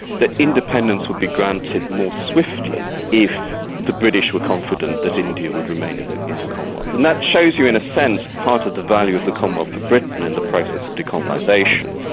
that independence would be granted more swiftly if the british were confident that india would remain in the in the commonwealth. and that shows you, in a sense, part of the value of the commonwealth for britain in the process of decolonisation.